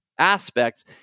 Aspects